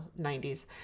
90s